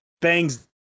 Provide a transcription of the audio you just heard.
Bangs